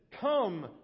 Come